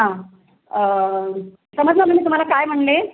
हां समजलं मी तुम्हाला काय म्हणाले